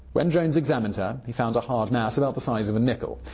when jones examined her, he found a hard mass about the size of a nickel.